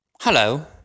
Hello